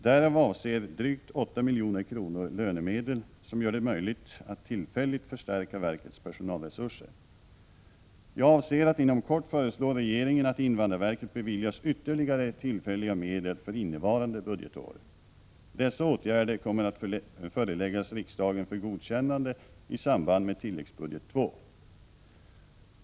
Därav avser drygt 8 milj.kr. lönemedel som gör det möjligt att tillfälligt förstärka verkets personalresurser. Jag avser att inom kort föreslå regeringen att invandrarverket beviljas ytterligare tillfälliga medel för innevarande budgetår. Dessa åtgärder kommer att föreläggas riksdagen för godkännande i samband med tilläggsbudget II.